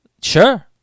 Sure